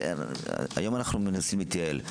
היום אנחנו מנסים להתייעל.